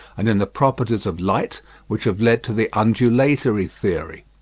and in the properties of light which have led to the undulatory theory.